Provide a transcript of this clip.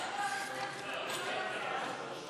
(תיקוני חקיקה להשגת יעדי התקציב) (תיקון מס'